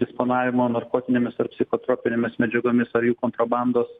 disponavimo narkotinėmis ar psichotropinėmis medžiagomis ar jų kontrabandos